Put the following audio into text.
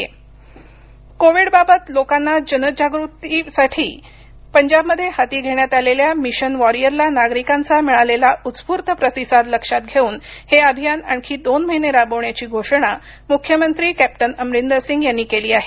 Punjab warrior कोविडबाबत लोकांमध्ये जनजागृतीसाठी पंजाबमध्ये हाती घेण्यात आलेल्या मिशन वॉरियरला नागरिकांचा मिळालेला उत्स्फूर्त प्रतिसाद लक्षात घेऊन हे अभियान आणखी दोन महिने राबवण्याची घोषणा मुख्यमंत्री कॅप्टन अमरिंदर सिंग यांनी केली आहे